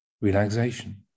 relaxation